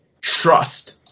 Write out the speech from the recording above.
trust